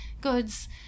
goods